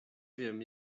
wiem